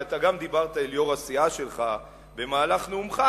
כי אתה גם דיברת על יושב-ראש הסיעה שלך במהלך נאומך,